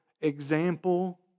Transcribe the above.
example